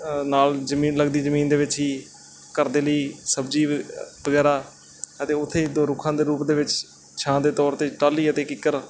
ਨਾਲ ਜ਼ਮੀਨ ਲੱਗਦੀ ਜ਼ਮੀਨ ਦੇ ਵਿੱਚ ਹੀ ਘਰ ਦੇ ਲਈ ਸਬਜ਼ੀ ਵ ਵਗੈਰਾ ਅਤੇ ਉੱਥੇ ਦੋ ਰੁੱਖਾਂ ਦੇ ਰੂਪ ਦੇ ਵਿੱਚ ਛ ਛਾਂ ਦੇ ਤੌਰ 'ਤੇ ਟਾਹਲੀ ਅਤੇ ਕਿੱਕਰ